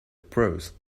prose